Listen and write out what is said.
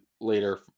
later